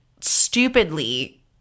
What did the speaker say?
stupidly